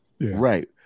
Right